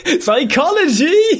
Psychology